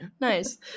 Nice